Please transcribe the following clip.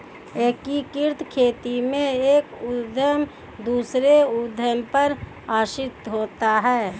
एकीकृत खेती में एक उद्धम दूसरे उद्धम पर आश्रित होता है